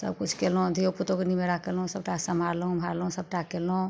सब किछु कयलहुँ धिओ पूतोके निमेरा कयलहुँ सबटा सम्हारलहुँ ओम्हरालहुँ सबटा कयलहुँ